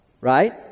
right